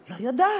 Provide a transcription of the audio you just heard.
לא יודעת.